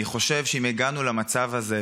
אני חושב שאם הגענו למצב הזה,